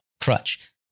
crutch